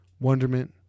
Wonderment